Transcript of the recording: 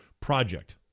project